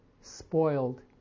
spoiled